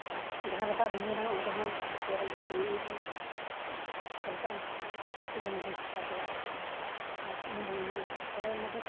ᱟᱨ ᱡᱟᱦᱟᱸ ᱨᱮ ᱫᱚᱜ ᱞᱤᱡᱤᱱᱟ ᱚᱸᱰᱮ ᱦᱚᱸ ᱟᱹᱰᱤ ᱪᱮᱦᱨᱟ ᱚᱸᱰᱮ ᱜᱟᱱᱚᱜᱼᱟ ᱪᱷᱚᱞᱠᱟᱜᱼᱟ ᱪᱮᱛᱟᱱ ᱥᱮᱫ ᱜᱮ ᱮᱠᱫᱚᱢ ᱮᱢ ᱪᱷᱚᱞᱠᱟᱣ ᱪᱟᱞᱟᱜᱼᱟ ᱟᱨ ᱩᱱᱩᱢ ᱵᱟᱢ ᱩᱱᱩᱢᱚᱜᱼᱟ ᱛᱚᱵᱮ ᱚᱱᱟ ᱫᱚ